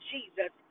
Jesus